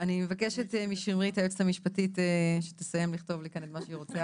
אני מבקשת משמרית היועצת המשפטית שתסיים לכתוב לי כאן את מה שהיא רוצה,